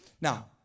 Now